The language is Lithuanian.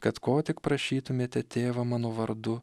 kad ko tik prašytumėte tėvą mano vardu